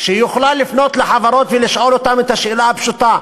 כשהיא יכולה לפנות לחברות ולשאול אותן את השאלה הפשוטה: